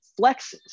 flexes